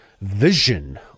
vision